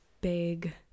big